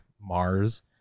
Mars